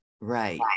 Right